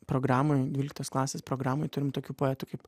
programoj dvyliktos klasės programoj turim tokių poetų kaip